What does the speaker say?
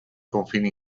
confini